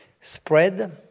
spread